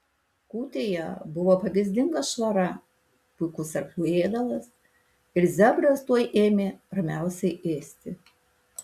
kūtėje buvo pavyzdinga švara puikus arklių ėdalas ir zebras tuoj ėmė ramiausiai ėsti